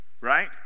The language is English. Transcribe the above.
right